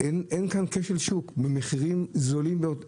אין כאן כשל שוק, המחירים זולים מאוד.